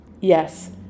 Yes